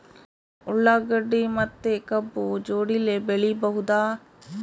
ಉಳ್ಳಾಗಡ್ಡಿ ಮತ್ತೆ ಕಬ್ಬು ಜೋಡಿಲೆ ಬೆಳಿ ಬಹುದಾ?